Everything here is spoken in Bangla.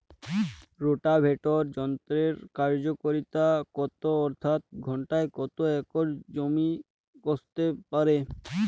রোটাভেটর যন্ত্রের কার্যকারিতা কত অর্থাৎ ঘণ্টায় কত একর জমি কষতে পারে?